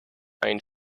ein